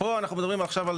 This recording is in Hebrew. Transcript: אנחנו מדברים עכשיו,